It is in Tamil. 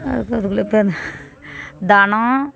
அது அதுக்குள்ள பேரு தனம்